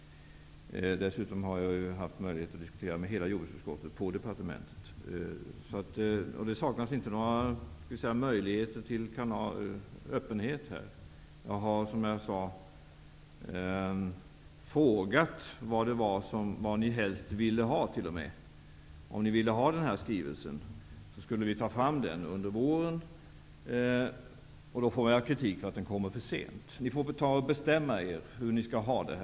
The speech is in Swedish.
Dessutom har jag haft möjlighet att diskutera med hela jordbruksutskottet på departementet. Här saknas inte några möjligheter till öppenhet. Jag har, som jag sade, t.o.m. frågat vad ni helst ville ha. Om ni ville ha den här skrivelsen, skulle vi ta fram den under våren. Men nu får jag kritik för att den kommer för sent. Ni får bestämma er hur ni skall ha det.